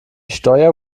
steuer